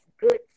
good